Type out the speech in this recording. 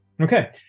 Okay